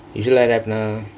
usual rap